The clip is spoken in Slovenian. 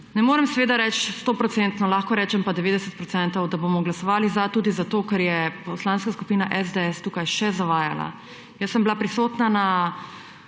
Ne morem seveda reči 100 % lahko rečem pa 90 %, da bomo glasovali za tudi zato, ker je Poslanska skupina SDS tukaj še zavajala. Jaz sem bila prisotna na